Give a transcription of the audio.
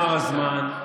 נגמר הזמן,